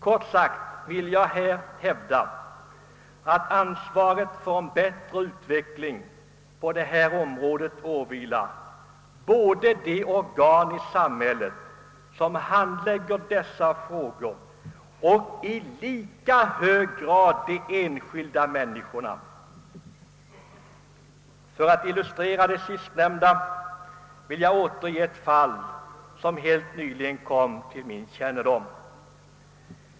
Kort sagt vill jag hävda, att ansvaret för en bättre utveckling på detta område åvilar både de organ i samhället som handlägger dessa frågor och — i lika hög grad — de enskilda människorna. För att illustrera det sistnämnda vill jag återge ett fall, som helt nyligen kom till min kännedom.